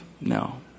no